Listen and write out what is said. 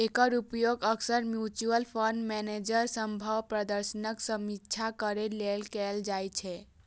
एकर उपयोग अक्सर mutual fund manager सभक प्रदर्शनक समीक्षा करै लेल कैल जाइ छै